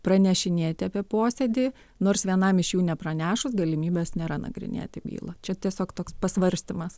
pranešinėti apie posėdį nors vienam iš jų nepranešus galimybės nėra nagrinėti bylą čia tiesiog toks pasvarstymas